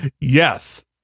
Yes